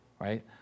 right